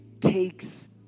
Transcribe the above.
takes